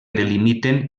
delimiten